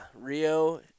Rio